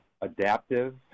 adaptive